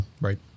right